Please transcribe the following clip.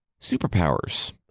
superpowers